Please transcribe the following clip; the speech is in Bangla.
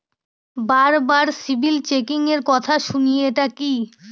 বারবার সিবিল চেকিংএর কথা শুনি এটা কি?